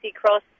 Cross